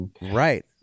Right